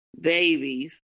babies